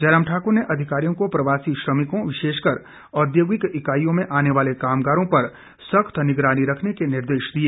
जयराम ठाक्र ने अधिकारियों को प्रवासी श्रमिकों विशेषकर औद्योगिक इकाइयों में आने वाले कामगारों पर सख्त निगरानी रखने के निर्देश दिए